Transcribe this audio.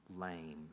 lame